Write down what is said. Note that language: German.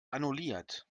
annulliert